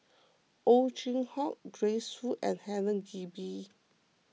Ow Chin Hock Grace Fu and Helen Gilbey